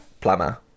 plumber